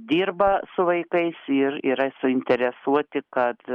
dirba su vaikais ir yra suinteresuoti kad